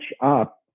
up